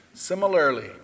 Similarly